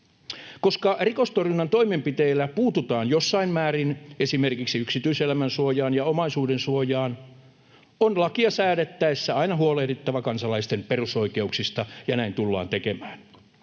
Koska rikostorjunnan toimenpiteillä puututaan jossain määrin esimerkiksi yksityiselämän suojaan ja omaisuudensuojaan, on lakia säädettäessä aina huolehdittava kansalaisten perusoikeuksista, ja näin tullaan tekemään.